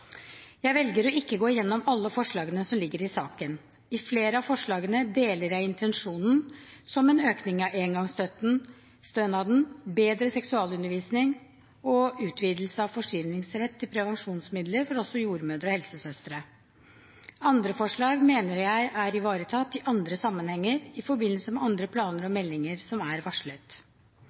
Jeg velger å ikke gå gjennom alle forslagene som ligger i saken. Jeg deler intensjonen i flere av forslagene, som økning av engangsstønaden, bedre seksualundervisning og utvidelse av forskrivningsrett til prevensjonsmidler også for jordmødre og helsesøstre. Andre forslag mener jeg er ivaretatt i andre sammenhenger, i forbindelse med andre planer og meldinger som er varslet.